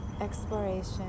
exploration